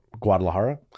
Guadalajara